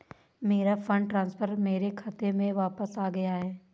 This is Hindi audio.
मेरा फंड ट्रांसफर मेरे खाते में वापस आ गया है